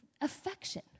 affection